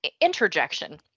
interjection